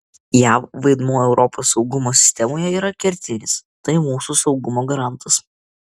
jav vaidmuo europos saugumo sistemoje yra kertinis tai mūsų saugumo garantas